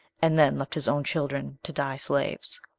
and then left his own children to die slaves.